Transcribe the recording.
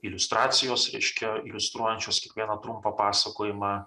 iliustracijos reiškia iliustruojančios kiekvieną trumpą pasakojimą